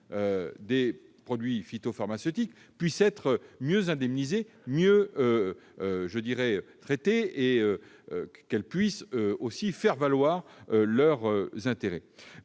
des produits phytopharmaceutiques puissent être mieux indemnisées, mieux traitées et qu'elles puissent faire valoir leurs intérêts